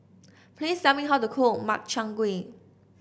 please tell me how to cook Makchang Gui